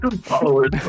followers